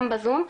גם בזום,